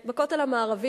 בכותל המערבי,